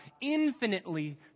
infinitely